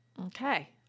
Okay